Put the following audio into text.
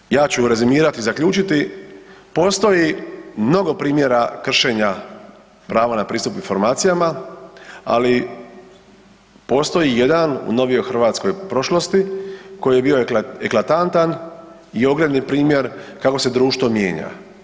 Dakle, ja ću rezimirati i zaključiti, postoji mnogo primjera kršenja prava na pristup informacijama ali postoji jedan u novijoj hrvatskoj prošlosti koji je bio eklatantan i ogledni primjer kako se društvo mijenja.